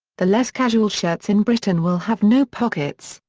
the less casual shirts in britain will have no pockets,